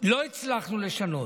לא הצלחנו לשנות.